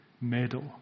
medal